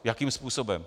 Jakým způsobem?